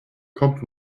kommt